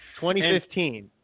2015